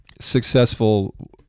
successful